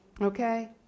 okay